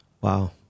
Wow